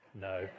no